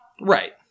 Right